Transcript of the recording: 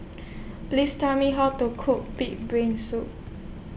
Please Tell Me How to Cook Pig'S Brain Soup